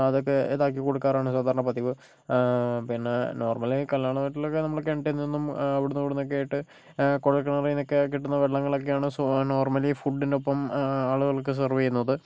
അതൊക്കെ ഇതാക്കി കൊടുക്കാറാണ് സാധാരണ പതിവ് പിന്നെ നോർമലി കല്യാണ വീട്ടിലൊക്കെ നമ്മൾ കിണറ്റിൽ നിന്നും അവിടെനിന്നും ഇവിടെനിന്നും ഒക്കെയായിട്ട് കുഴൽക്കിണറിൽ നിന്നൊക്കെ കിട്ടുന്ന വെള്ളങ്ങളൊക്കെയാണ് സൊ നോർമലി ഫുഡിനൊപ്പം ആളുകൾക്ക് സർവ് ചെയ്യുന്നത്